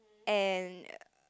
and